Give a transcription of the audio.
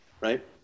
right